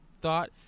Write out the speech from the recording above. thought